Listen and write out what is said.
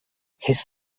his